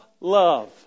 love